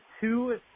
two